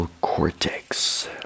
cortex